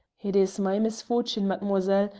it is my misfortune, mademoiselle,